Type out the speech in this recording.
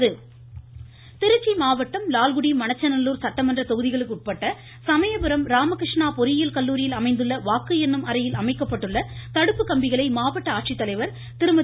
இருவரி திருச்சி திருச்சி மாவட்டம் லால்குடி மண்ணச்சநல்லூர் சட்டமன்ற தொகுதிகளுக்குட்பட்ட சமயபுரம் ராமகிருஷ்ணா பொறியியல் கல்லூரியில் அமைந்துள்ள வாக்கு எண்ணும் அறையில் அமைக்கப்பட்டுள்ள தடுப்பு கம்பிகளை மாவட்ட திருமதி